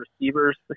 receivers